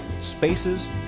spaces